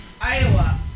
Iowa